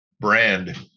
brand